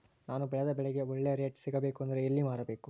ನಾನು ಬೆಳೆದ ಬೆಳೆಗೆ ಒಳ್ಳೆ ರೇಟ್ ಸಿಗಬೇಕು ಅಂದ್ರೆ ಎಲ್ಲಿ ಮಾರಬೇಕು?